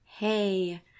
hey